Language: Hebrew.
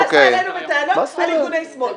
בא אלינו בטענות על ארגוני שמאל.